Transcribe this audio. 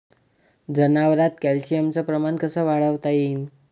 जनावरात कॅल्शियमचं प्रमान कस वाढवता येईन?